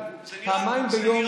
פעמיים ביום